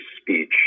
speech